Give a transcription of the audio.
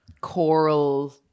choral